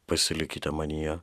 pasilikite manyje